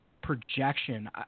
projection